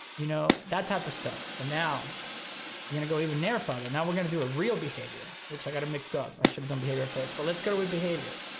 you know, that type of stuff. but now we're gonna go even near further. now we're gonna do a real behavior, which i got it mixed up. i should've done behavior first, but let's go with behavior.